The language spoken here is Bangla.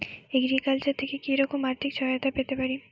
এগ্রিকালচার থেকে কি রকম আর্থিক সহায়তা পেতে পারি?